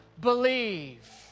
believe